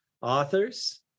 authors